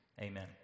Amen